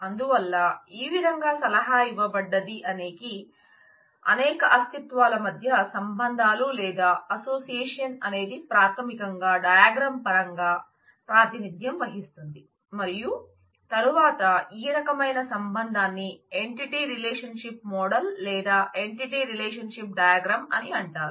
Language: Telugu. అందువల్ల ప్రతి ఎంటిటీ అని అంటారు